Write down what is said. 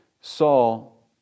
Saul